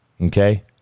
Okay